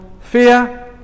fear